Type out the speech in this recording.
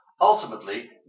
ultimately